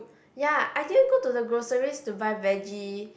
ya I didn't go to the groceries to buy veggie